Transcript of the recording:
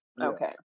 okay